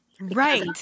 Right